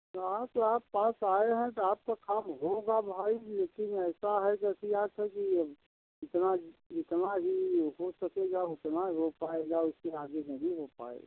हाँ तो आप पास आए हैं तो आपका काम होगा भाई लेकिन ऐसा है जैसे आज कल कि इतना इतना ही हो सकेगा उतना हो पाएगा उसके आगे नहीं हो पाएगा